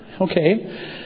Okay